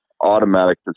Automatic